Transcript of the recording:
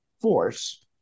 force